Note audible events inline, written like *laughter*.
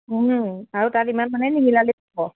আৰু তাত ইমান মানে *unintelligible*